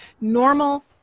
normal